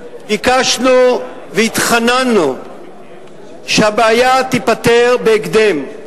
ביקשנו והתחננו שהבעיה תיפתר בהקדם.